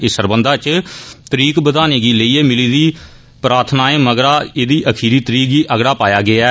इस सरबंधा इच तरीक बदाने गी लेइयै मिली दी प्रार्थनाएं मगरा एहदी अखीरी तारीख गी अगड़ा पाया गेआ ऐ